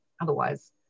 Otherwise